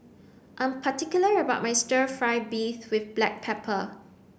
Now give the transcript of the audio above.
I am particular about my stir fry beef with black pepper